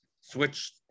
switch